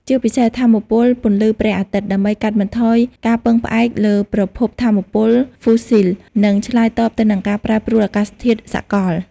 ជាពិសេសថាមពលពន្លឺព្រះអាទិត្យ ដើម្បីកាត់បន្ថយការពឹងផ្អែកលើប្រភពថាមពលហ្វូស៊ីល និងឆ្លើយតបទៅនឹងការប្រែប្រួលអាកាសធាតុសកល។